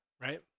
Right